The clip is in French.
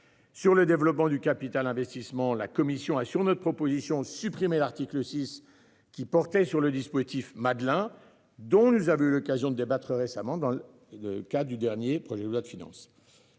Sur le développement du capital investissement. La commission a sur notre proposition, supprimer l'article 6, qui portait sur le dispositif Madelin dont nous avons eu l'occasion de débattre récemment dans le. Le cas du dernier projet de loi de finances.